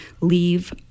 leave